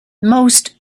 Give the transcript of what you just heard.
most